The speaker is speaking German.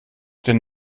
den